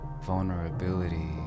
vulnerability